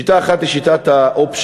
שיטה אחת היא שיטת ה-option-in,